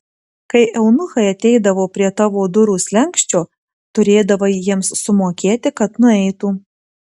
kai eunuchai ateidavo prie tavo durų slenksčio turėdavai jiems sumokėti kad nueitų